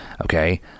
Okay